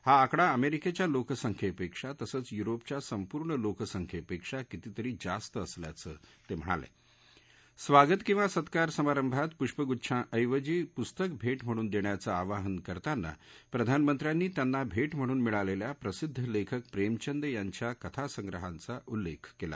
हा आकाडा अमरिक्खा लोकसंख्यप्रक्षी तसंच युरोपच्या संपूर्ण लोकसंख्यप्रक्षी कितीतरी जास्त असल्याचं तस्हिणाल स्वागत किंवा सत्कार संभारभात पुष्पगुच्छांऐवजी पुस्तक भर्षा हणून दप्त्याचं आवाहन करताना प्रधानमंत्र्यांनी त्यांना भर्षा हणून मिळालच्या प्रसिद्ध लखिक प्रसिद यांच्या कथासग्रहांचा उल्लखि कला